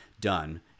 done